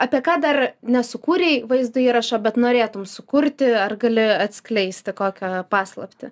apie ką dar nesukūrei vaizdo įrašo bet norėtum sukurti ar gali atskleisti kokią paslaptį